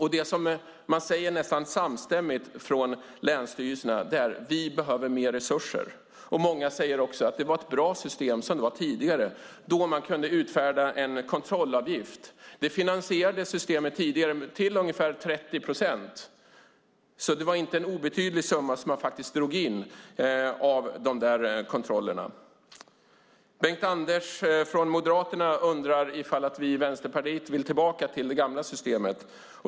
Det som man nästan samstämmigt säger från länsstyrelserna är: Vi behöver mer resurser. Många säger också att det var ett bra system tidigare då man kunde ha en kontrollavgift. Det finansierade systemet tidigare till ungefär 30 procent. Det var alltså inte en obetydlig summa som man drog in vid de där kontrollerna. Bengt-Anders från Moderaterna undrar ifall vi i Vänsterpartiet vill tillbaka till det gamla systemet.